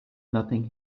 nothing